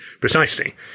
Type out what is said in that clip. Precisely